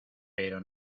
pero